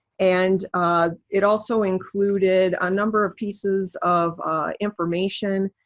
and it also included a number of pieces of information,